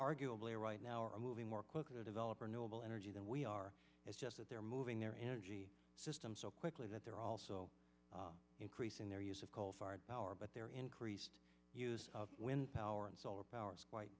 arguably right now are moving more quickly to develop or noble energy than we are it's just that they're moving their energy system so quickly that they're also increasing their use of coal fired power but they're increased use of wind power and solar power quite